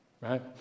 right